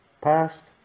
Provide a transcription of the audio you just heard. past